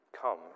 come